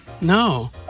No